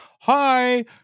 hi